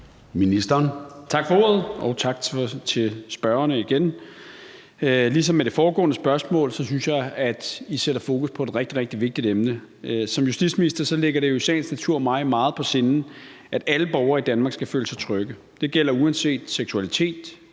Tak for ordet. Og tak til spørgerne igen. Ligesom med det foregående spørgsmål synes jeg, at Enhedslisten sætter fokus på et rigtig, rigtig vigtigt emne. Som justitsminister ligger det i sagens natur mig meget på sinde, at alle borgere i Danmark skal føle sig trygge. Det gælder uanset seksualitet,